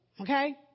Okay